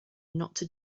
not